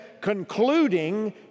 concluding